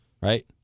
Right